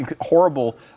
horrible